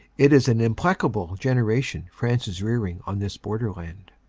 it is an implacable generation france is rearing on this borderland.